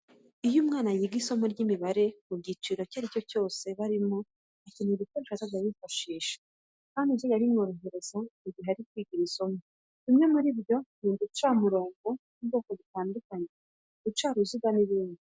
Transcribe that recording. Iyo umwana yiga isomo ry'imibare mu cyiciro icyo ari cyo cyose aba arimo, akenera ibikoresho azajya yifashisha kandi bizajya bimworohereza mu gihe ari kwiga iri somo, bimwe muri byo ni uducamurongo tw'ubwoko butandukanye, uducaruziga, n'ibindi.